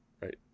Right